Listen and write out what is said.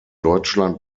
deutschland